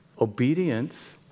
Obedience